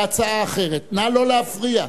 לכם, הדבר הזה הוא בלתי אפשרי, אי-אפשר.